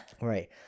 Right